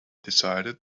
decided